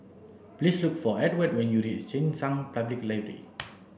please look for Edward when you reach Cheng San Public Library